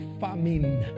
famine